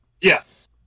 Yes